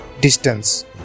distance